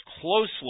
closely